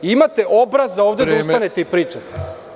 Imate obraza da ovde ustanete i pričate.